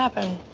happened?